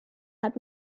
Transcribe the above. had